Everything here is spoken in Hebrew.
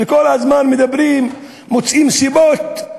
וכל הזמן מדברים, מוצאים סיבות,